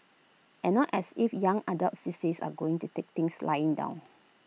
and not as if young adults these days are going to take things lying down